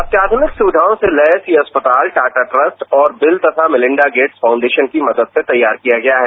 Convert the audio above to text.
अत्याधुनिक सुविधाओ से लैस ये अस्पताल टाटा ट्रस्ट और बिल तथा मेलिंडा गेट्स फाउंडेशन की मदद से तैयार किया गया है